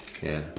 ya